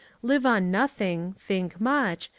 live on nothing, think much,